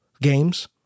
games